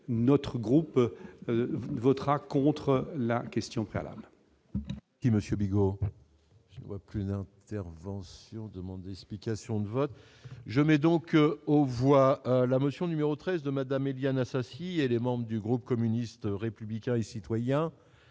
notre groupe votera contre la question préalable.